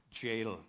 jail